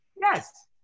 Yes